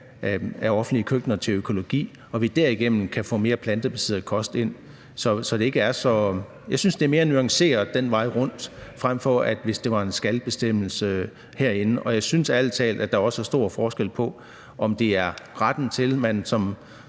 af offentlige køkkener til at være økologiske, så vi derigennem kan få mere plantebaseret kost ind. Jeg synes, det er mere nuanceret den vej rundt, frem for hvis der kom en »skal«-bestemmelse herindefra. Og jeg synes ærlig talt også, at der er stor forskel på, om man taler om retten til noget,